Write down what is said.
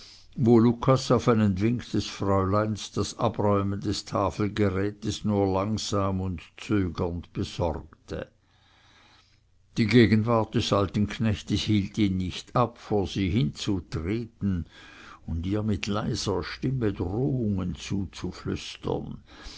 wo lucas auf einen wink des fräuleins das abräumen des tafelgerätes nur langsam und zögernd besorgte die gegenwart des alten knechtes hielt ihn nicht ab vor sie hinzutreten und ihr mit leiser stimme drohungen zuzuflüstern